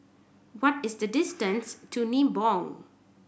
what is the distance to Nibong